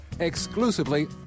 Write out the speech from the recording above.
exclusively